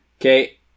Okay